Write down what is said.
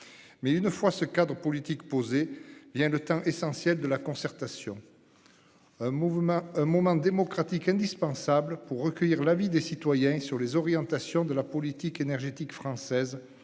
une fois ce cadre politique posé, vient le temps essentiel de la concertation, un moment démocratique indispensable pour recueillir l'avis des citoyens sur les orientations de la politique énergétique française